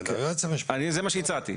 אבל כיועץ המשפטי --- זה מה שהצעתי,